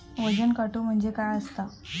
वजन काटो म्हणजे काय असता?